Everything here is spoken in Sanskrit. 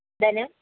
धनम्